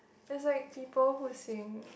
it's like people who is sing